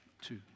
two